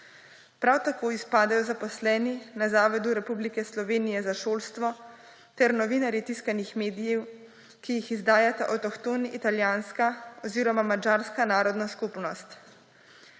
Prav tako izpadajo zaposleni na Zavodu Republike Slovenije za šolstvo ter novinarji tiskanih medijev, ki jih izdajata avtohtoni italijanska oziroma madžarska narodna skupnost.